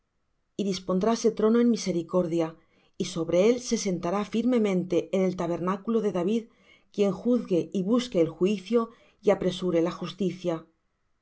y dispondráse trono en misericordia y sobre él se sentará firmemente en el tabernáculo de david quien juzgue y busque el juicio y apresure la justicia